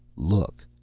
look,